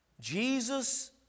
Jesus